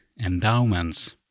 endowments